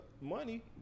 money